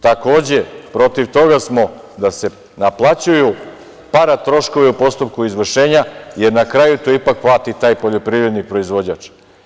Takođe, protiv toga smo da se naplaćuju paratroškovi o postupku izvršenja, jer na kraju tu ipak plati taj poljoprivredni proizvođač.